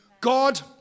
God